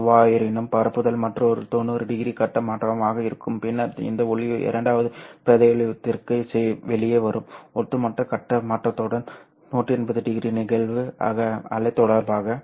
எவ்வாறாயினும் பரப்புதல் மற்றொரு 90 டிகிரி கட்ட மாற்றமாக இருக்கும் பின்னர் இந்த ஒளி இரண்டாவது பிராந்தியத்திற்கு வெளியே வரும் ஒட்டுமொத்த கட்ட மாற்றத்துடன் 180 டிகிரி நிகழ்வு அலை தொடர்பாக